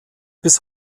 bis